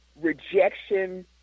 rejection